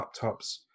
laptops